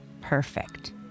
perfect